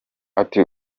ati